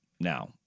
now